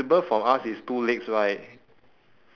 ya and